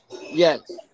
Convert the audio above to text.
Yes